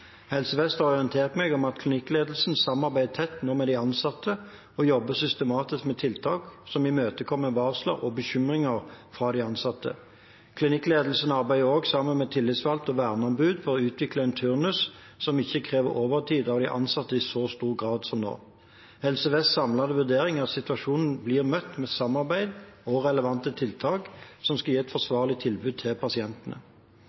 Helse Vest har orientert meg om at klinikkledelsen samarbeider tett med de ansatte og jobber systematisk med tiltak som imøtekommer varsler og bekymringer fra de ansatte. Klinikkledelsen arbeider også sammen med tillitsvalgte og verneombud for å utvikle en turnus som ikke krever overtid av de ansatte i så stor grad som nå. Helse Vests samlede vurdering er at situasjonen blir møtt med samarbeid og relevante tiltak som skal gi et